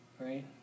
Right